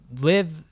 live